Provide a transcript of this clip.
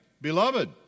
Beloved